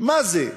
מה זה?